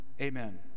amen